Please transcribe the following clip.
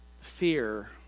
fear